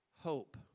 hope